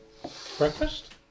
Breakfast